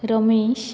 Ramesh